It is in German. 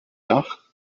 dach